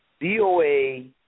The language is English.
DOA